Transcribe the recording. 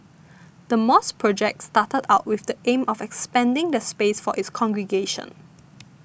the mosque project started out with the aim of expanding the space for its congregation